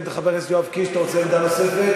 חבר הכנסת יואב קיש, אתה רוצה עמדה נוספת?